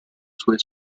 sue